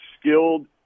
skilled